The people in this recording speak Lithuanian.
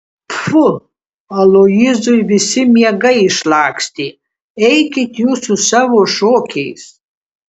pfu aloyzui visi miegai išlakstė eikit jūs su savo šokiais